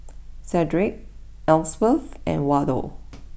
Sedrick Elsworth and Waldo